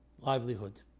livelihood